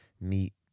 meet